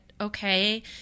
okay